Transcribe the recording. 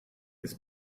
his